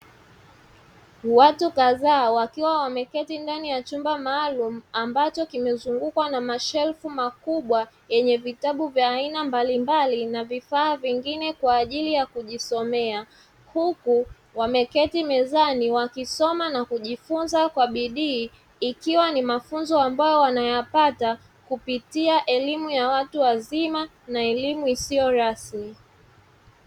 Watu kadhaa wakiwa wameketi ndani ya chumba maalumu, ambacho kimezungukwa na mashelfu makubwa, yenye vitabu vya aina mbalimbali na vifaa vingine kwa ajili ya kujisomea, huku wameketi mezani wakisoma na kujifunza kwa bidii, ikiwa ni mafunzo wanayoyapata kupitia elimu ya watu wazima na elimu isiyo rasmi.